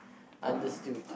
understood